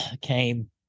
came